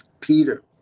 Peter